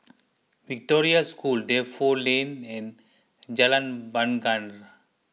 Victoria School Defu Lane and Jalan Bungar